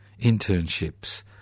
internships